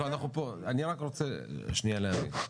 אני רק רוצה שנייה להבין.